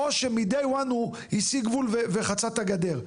או שמהיום הראשון הוא הסיג גבול וחצה את הגדר,